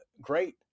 great